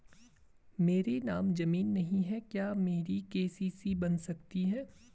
मेरे नाम ज़मीन नहीं है क्या मेरी के.सी.सी बन सकती है?